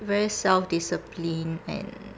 very self disciplined and